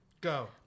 Go